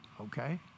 Okay